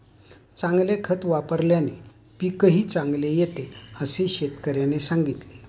चांगले खत वापल्याने पीकही चांगले येते असे शेतकऱ्याने सांगितले